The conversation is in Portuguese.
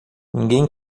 ninguém